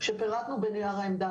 שפירטנו בנייר העמדה.